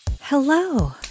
Hello